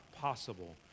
possible